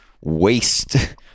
waste